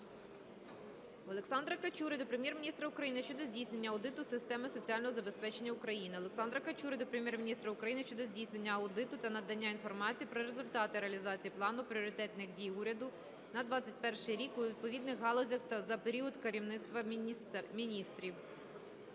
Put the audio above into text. Олександра Качури до Прем'єр-міністра України щодо здійснення аудиту системи соціального забезпечення України. Олександра Качури до Прем'єр-міністра України щодо здійснення аудиту та надання інформації про результати реалізації плану пріоритетних дій Уряду на 2021 рік у відповідних галузях та за період керівництва міністрів.